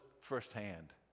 firsthand